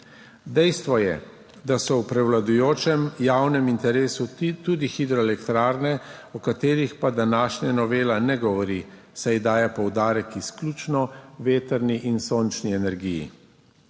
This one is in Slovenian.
Dejstvo je, da so v prevladujočem javnem interesu tudi hidroelektrarne, o katerih pa današnja novela ne govori, saj daje poudarek izključno vetrni in sončni energiji.